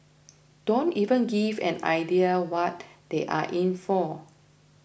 don't even give an idea what they are in for